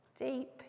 Deep